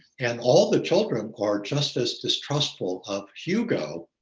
and all the children are just as distrustful of hugo,